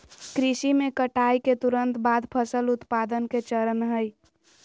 कृषि में कटाई के तुरंत बाद फसल उत्पादन के चरण हइ